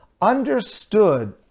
understood